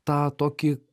tą tokį